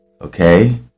Okay